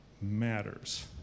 matters